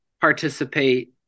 participate